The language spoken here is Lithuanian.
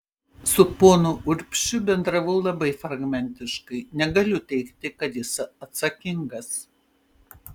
su ponu urbšiu bendravau labai fragmentiškai negaliu teigti kad jis atsakingas